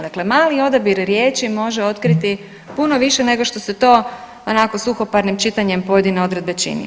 Dakle, mali odabir riječi može otkriti puno više nego što se to onako suhoparnim čitanjem pojedine odredbe čini.